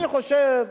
אני חושב,